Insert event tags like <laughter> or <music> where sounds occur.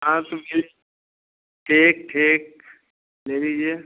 हाँ तो <unintelligible> ठीक ठीक ले लीजिए